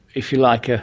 if you like, ah